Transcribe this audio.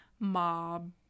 mob